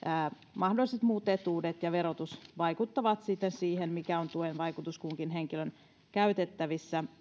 mahdolliset muut etuudet ja verotus vaikuttavat sitten siihen mikä on tuen vaikutus kunkin henkilön käytettävissä